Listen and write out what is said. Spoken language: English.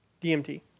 DMT